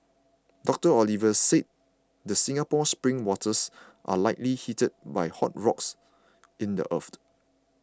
Doctor Oliver said the Singapore spring waters are likely heated by hot rock in the earth